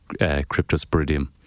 cryptosporidium